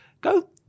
Go